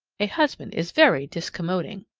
a husband is very discommoding.